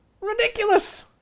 Ridiculous